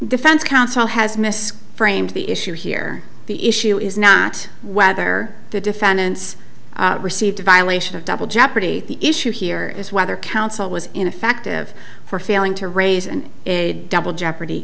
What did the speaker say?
defense counsel has miss framed the issue here the issue is not whether the defendants received a violation of double jeopardy the issue here is whether counsel was in effect of for failing to raise and a double jeopardy